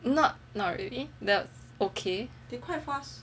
not not really the okay